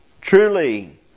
truly